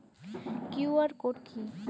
QR code কি?